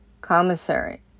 commissary